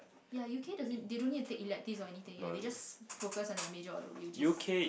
yeah you care doesn't they don't need to take elective or anything leh they just focus on your middle of the way which is